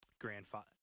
grandfather